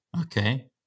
Okay